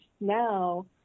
now